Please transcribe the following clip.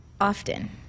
often